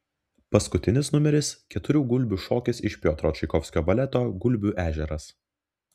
paskutinis numeris keturių gulbių šokis iš piotro čaikovskio baleto gulbių ežeras